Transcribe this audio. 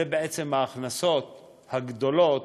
זה בעצם ההכנסות הגדולות